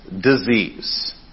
disease